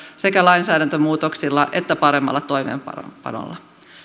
sekä lainsäädäntömuutoksilla että paremmalla toimeenpanolla